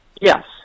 Yes